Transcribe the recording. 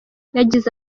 yagize